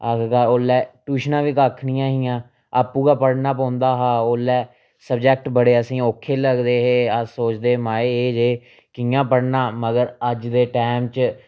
आखरकार ओल्लै ट्यूशनां बी कक्ख नी ऐ हियां आपूं गै पढ़ना पौंदा हा ओल्लै सब्जैक्ट बड़े असेंगी औक्खे लगदे हे अस सोचदे हे एह् माए कि'यां पढ़ना मगर अज्ज दे टैम च